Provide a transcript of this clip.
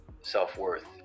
self-worth